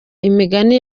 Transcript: imigani